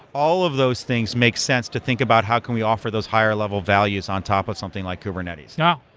all of those things make sense to think about how can we offer those higher-level values on top of something like kubernetes. oh,